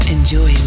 Enjoy